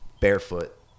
Barefoot